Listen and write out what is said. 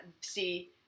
see